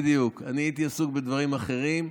בדיוק, אני הייתי עסוק בדברים אחרים.